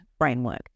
framework